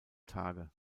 tage